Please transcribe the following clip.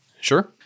Sure